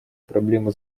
проблемы